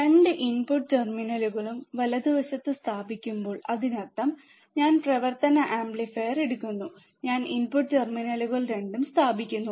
രണ്ട് ഇൻപുട്ട് ടെർമിനലുകളും വലതുവശത്ത് സ്ഥാപിക്കുമ്പോൾ അതിനർത്ഥം ഞാൻ പ്രവർത്തന ആംപ്ലിഫയർ എടുക്കുക ഞാൻ ഇൻപുട്ട് ടെർമിനലുകൾ രണ്ടും സ്ഥാപിക്കുന്നു